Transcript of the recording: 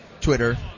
Twitter